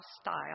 style